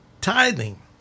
tithing